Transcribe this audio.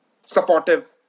supportive